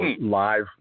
live